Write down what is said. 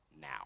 now